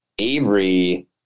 Avery